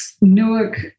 Newark